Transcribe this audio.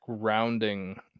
grounding